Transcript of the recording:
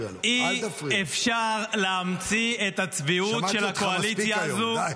אי-אפשר להמציא את הצביעות של הקואליציה הזאת.